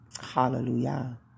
Hallelujah